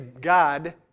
God